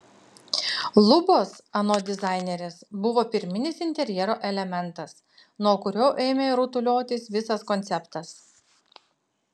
lubos anot dizainerės buvo pirminis interjero elementas nuo kurio ėmė rutuliotis visas konceptas